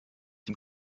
dem